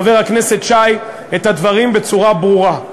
חבר הכנסת שי, את הדברים בצורה ברורה: